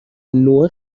نوع